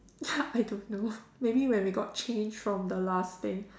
ya I don't know maybe when we got change from the last day